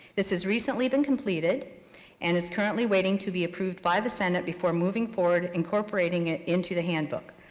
this has recently been completed and is currently waiting to be approved by the senate before moving forward incorporating it into the handbook.